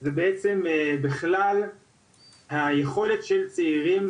היא בעצם בכלל היכולת של הצעירים